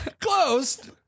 Closed